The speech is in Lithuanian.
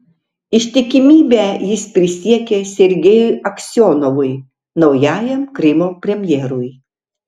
ištikimybę jis prisiekė sergejui aksionovui naujajam krymo premjerui